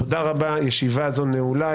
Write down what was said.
תודה רבה, ישיבה זו נעולה.